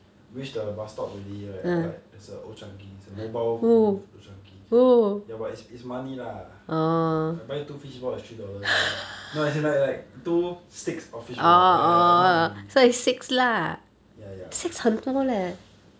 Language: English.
reach the bus stop already right there is a old chang kee there's a mobile old chang kee ya but it's it's money lah I buy two fishball is three dollar no as in like like two sticks of fishball ya ya not 两粒 ya ya